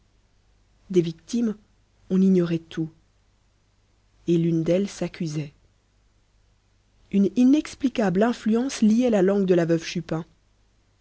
des victimes on ignorait tout et l'une d'elles s'accusait une inexplicable influence liait la langue de la veuve chupin